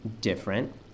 different